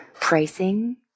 pricing